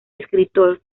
escritor